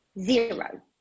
zero